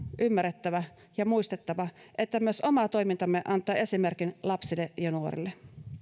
ymmärrettävä ja muistettava että myös oma toimintamme antaa esimerkin lapsille ja ja nuorille